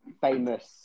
famous